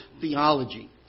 theology